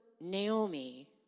Naomi